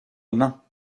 main